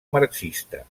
marxista